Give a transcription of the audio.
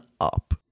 up